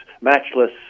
matchless